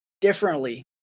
differently